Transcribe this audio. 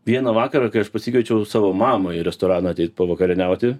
vieną vakarą kai aš pasikviečiau savo mamą į restoraną ateit pavakarieniauti